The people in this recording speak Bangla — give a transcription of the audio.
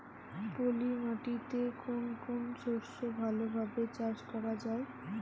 পলি মাটিতে কোন কোন শস্য ভালোভাবে চাষ করা য়ায়?